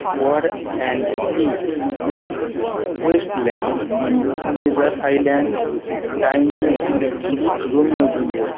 war and piece wasteland treasure Iceland time machine Rome juliet